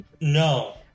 No